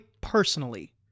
personally